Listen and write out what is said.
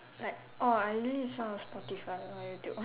like orh I usually listen on Spotify not YouTube